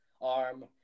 arm